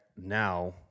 now